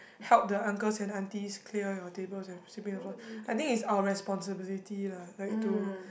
help the uncles and aunties clear your tables and sweeping the floor I think is our responsibility lah like to